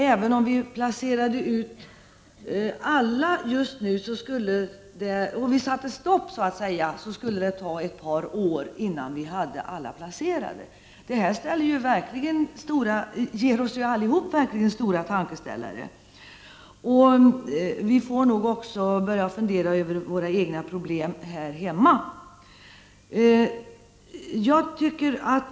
Även om vi placerade ut alla just nu och satte stopp för mottagandet skulle det ta ett par år innan alla var placerade. Det ger oss alla ordentliga tankeställare. Vi får nog också börja fundera över våra egna problem här hemma.